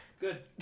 Good